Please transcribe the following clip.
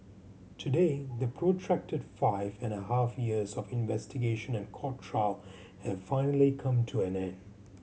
today the protracted five and a half years of investigation and court trial have finally come to an end